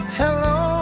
hello